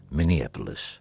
Minneapolis